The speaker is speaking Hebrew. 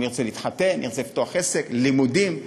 אם ירצה, להתחתן, אם ירצה, לפתוח עסק, לימודים,